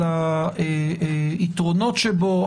על היתרונות שבו,